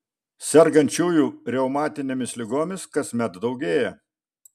sergančiųjų reumatinėmis ligomis kasmet daugėja